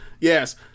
Yes